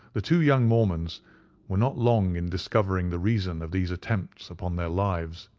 the two young mormons were not long in discovering the reason of these attempts upon their lives,